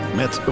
met